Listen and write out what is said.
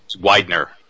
Widener